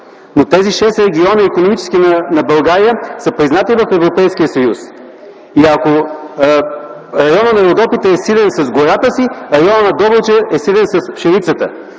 Но тези шест икономически региона на България са признати в Европейския съюз. И ако районът на Родопите е силен с гората си, районът на Добруджа е силен с пшеницата.